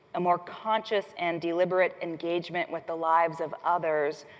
a more conscious and deliberate engagement with the lives of others,